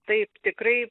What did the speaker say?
taip tikrai